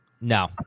No